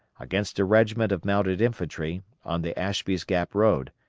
against a regiment of mounted infantry on the ashby's gap road,